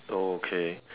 okay